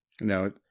no